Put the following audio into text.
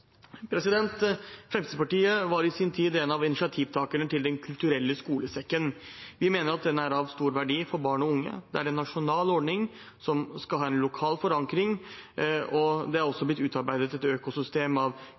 Fremskrittspartiet var i sin tid en av initiativtakerne til Den kulturelle skolesekken. Vi mener at den er av stor verdi for barn og unge. Det er en nasjonal ordning som skal ha en lokal forankring. Det har også blitt utarbeidet et system av